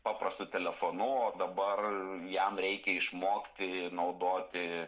paprastu telefonu o dabar jam reikia išmokti naudoti